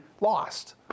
lost